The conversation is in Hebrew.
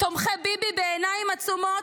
תומכי ביבי בעיניים עצומות,